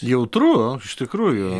jautru iš tikrųjų